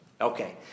Okay